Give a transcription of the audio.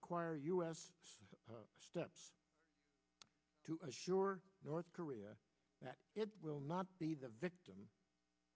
require us steps to assure north korea that it will not be the victim